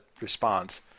response